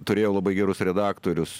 turėjau labai gerus redaktorius